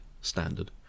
standard